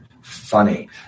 funny